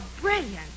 brilliant